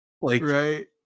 Right